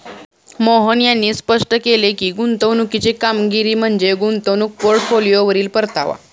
मोहन यांनी स्पष्ट केले की, गुंतवणुकीची कामगिरी म्हणजे गुंतवणूक पोर्टफोलिओवरील परतावा